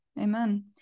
Amen